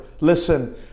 listen